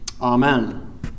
Amen